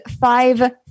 five